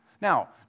Now